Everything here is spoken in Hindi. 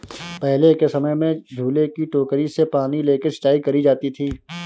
पहले के समय में झूले की टोकरी से पानी लेके सिंचाई करी जाती थी